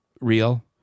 real